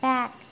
Back